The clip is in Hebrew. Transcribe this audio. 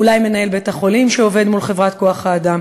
אולי מנהל בית-החולים שעובד מול חברת כוח-האדם?